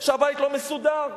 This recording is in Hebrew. שהבית לא מסודר,